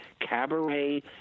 cabaret